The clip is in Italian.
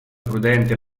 prudente